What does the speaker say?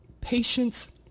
patience